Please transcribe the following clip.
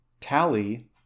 Tally